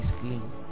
clean